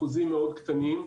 אחוזים מאוד קטנים.